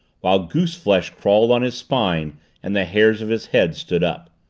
while goose flesh crawled on his spine and the hairs of his head stood up.